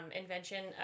invention